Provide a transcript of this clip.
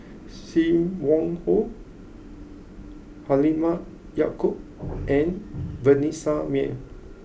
Sim Wong Hoo Halimah Yacob and Vanessa Mae